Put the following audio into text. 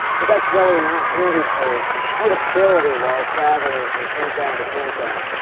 but that's really not handy for portability while traveling from campground to campground.